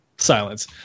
Silence